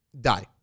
die